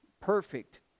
perfect